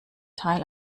teil